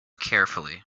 carefully